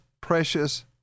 precious